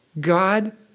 God